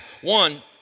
One